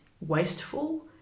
wasteful